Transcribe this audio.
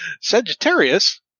Sagittarius